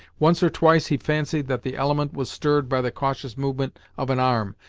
once or twice he fancied that the element was stirred by the cautious movement of an arm,